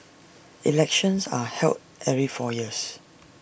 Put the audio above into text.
elections are held every four years